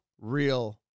real